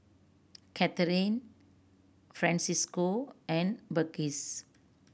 Kathrine Francesco and Burgess